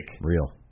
Real